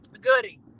goody